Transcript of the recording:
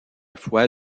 fois